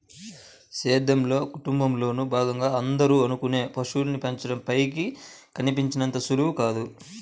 సేద్యంలో, కుటుంబంలోను భాగంగా అందరూ అనుకునే పశువుల్ని పెంచడం పైకి కనిపించినంత సులువు కాదు